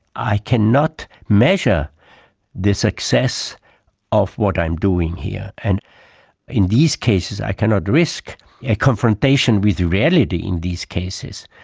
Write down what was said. i cannot measure the success of what i'm doing here. and in these cases i cannot risk a confrontation with reality in these cases,